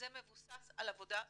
זה מבוסס על עבודה סדורה.